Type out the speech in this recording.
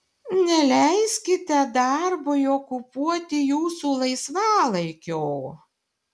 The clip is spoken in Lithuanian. neleiskite darbui okupuoti jūsų laisvalaikio